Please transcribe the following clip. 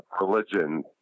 religion